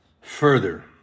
Further